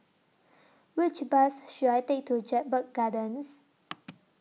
Which Bus should I Take to Jedburgh Gardens